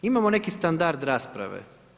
Imamo neki standard rasprave.